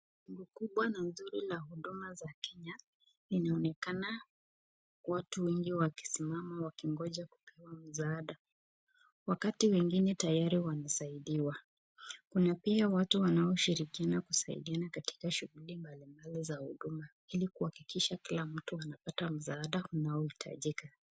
Jengo kubwa la huduma ya Kenya, linaonekana watu wengi wakisimama wakingoja kupewa msaada, wakati wengine tayari wamesaidiwa, kuna pia watu wanashirikia katika shughuli mbalimbali za huduma, ili kuhakikisha kila mtu amepata msaada, unaohitajika.